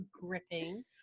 gripping